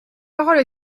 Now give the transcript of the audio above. parole